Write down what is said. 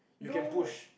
you can push